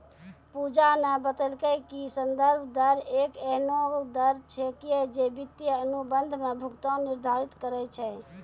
पूजा न बतेलकै कि संदर्भ दर एक एहनो दर छेकियै जे वित्तीय अनुबंध म भुगतान निर्धारित करय छै